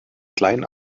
klein